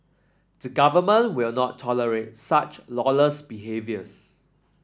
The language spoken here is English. the government will not tolerate such lawless behaviours